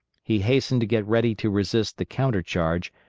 he hastened to get ready to resist the counter-charge,